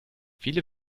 viele